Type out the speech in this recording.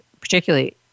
particularly